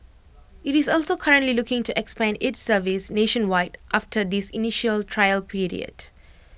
IT is also currently looking to expand its service nationwide after this initial trial